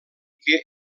que